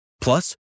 Plus